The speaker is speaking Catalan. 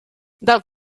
del